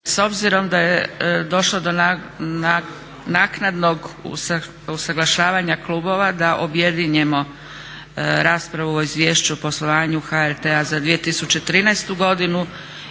S obzirom da je došlo do naknadnog usuglašavanja kubova da objedinimo raspravu o: - Izvješću poslovanju HRT-a za 2013. godinu